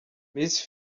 miss